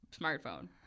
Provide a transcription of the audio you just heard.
smartphone